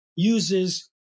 Uses